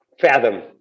fathom